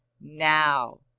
Now